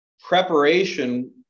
preparation